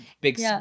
big